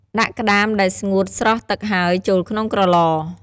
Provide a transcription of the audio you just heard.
ដាក់ក្ដាមដែលស្ងួតស្រស់ទឹកហើយ ចូលក្នុងក្រឡ។